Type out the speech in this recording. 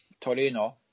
Torino